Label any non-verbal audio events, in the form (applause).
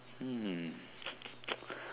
um (noise)